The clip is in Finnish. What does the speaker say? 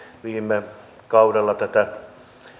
viime kaudella tätä